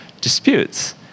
disputes